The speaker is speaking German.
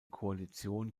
koalition